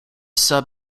sub